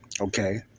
okay